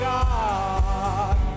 God